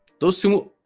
those two